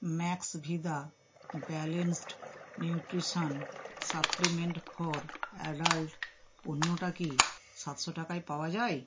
Maxvida balanced nutrition supplement for adult পণ্যটা কি সাতশো টাকায় পাওয়া যায়